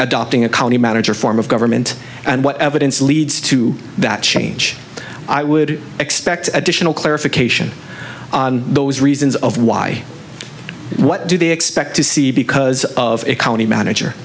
adopting a county manager form of government and what evidence leads to that change i would expect additional clarification on those reasons of why what do they expect to see because of a county manager